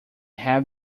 have